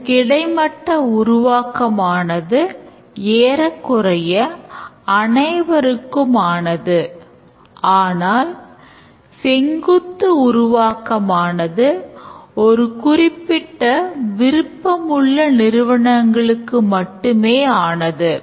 இந்த கிடைமட்ட உருவாக்கமானது ஒரு குறிப்பிட்ட விருப்பமுள்ள நிறுவனங்களுக்கு மட்டுமே ஆனது